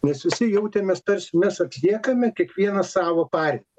nes visi jautėmės tarsi mes atliekame kiekvieną savo partiją